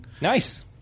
nice